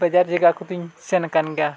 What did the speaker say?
ᱵᱟᱡᱟᱨ ᱡᱟᱭᱜᱟ ᱠᱚᱫᱚᱧ ᱥᱮᱱᱟᱠᱟᱱ ᱜᱮᱭᱟ